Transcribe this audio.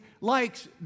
likes